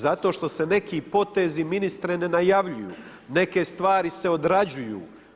Zato što se neki potezi ministre ne najavljuju, neke stvari se odrađuju.